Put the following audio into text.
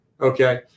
okay